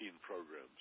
programs